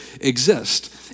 exist